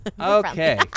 Okay